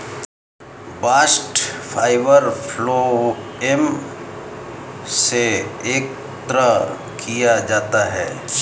bast fibre phloem से एकत्र किया जाता है